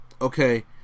Okay